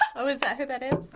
oh, is that who that is?